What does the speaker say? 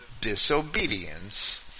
disobedience